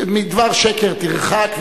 מדבר שקר תרחק,